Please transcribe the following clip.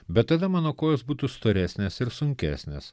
bet tada mano kojos būtų storesnės ir sunkesnės